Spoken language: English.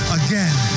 again